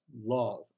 love